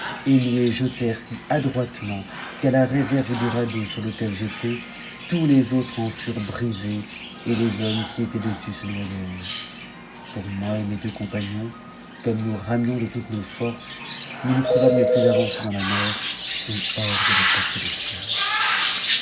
et nous tes jetèrent si adroitement qu'à la réserve du radeau surteq j'étais tous les autres en lurent brisés et les hommes qui étaient dessus se noyèrent pour moi et mes deux compagnons cojnmfnm foutes nos forces nous nous trouvâmes les plus avancés dans la mer t-s de la portée des pierres